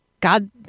God